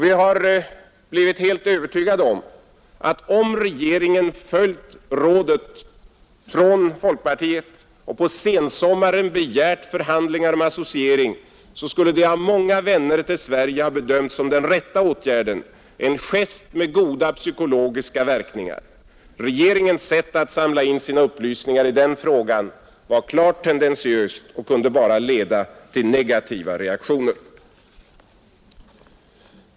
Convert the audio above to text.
Vi har blivit helt övertygade om att om regeringen följt rådet från folkpartiet och på sensommaren begärt förhandlingar om associering, så skulle det av många vänner till Sverige ha bedömts som den rätta åtgärden, en gest med goda psykologiska verkningar. Regeringens sätt att samla in sina upplysningar i den frågan var klart tendentiöst och kunde bara leda till negativa reaktioner.